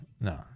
no